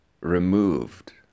removed